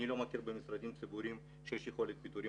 אני לא מכיר במשרדים ציבוריים שיש יכולת פיטורים